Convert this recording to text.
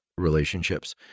relationships